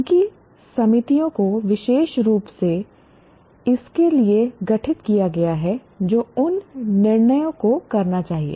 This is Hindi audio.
उनकी समितियों को विशेष रूप से इसके लिए गठित किया गया है जो उन निर्णयों को करना चाहिए